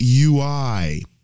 UI